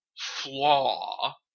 flaw